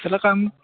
এটা কাম